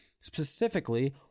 specifically